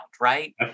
right